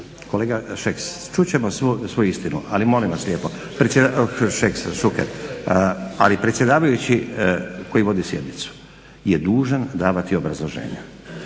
Kolega Šuker, čut ćemo svu istinu. Ali molim vas lijepo predsjedavajući koji vodi sjednicu je dužan davati obrazloženja.